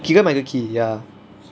keegan michael key ya